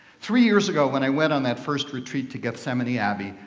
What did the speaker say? three years ago, when i went on that first retreat to gethsemani abbey,